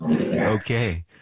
okay